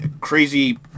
crazy